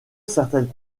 certaines